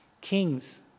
Kings